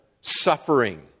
suffering